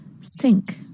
Sink